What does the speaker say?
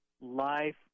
life